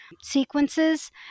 sequences